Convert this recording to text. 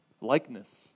likeness